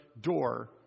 door